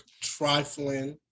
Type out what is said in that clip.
trifling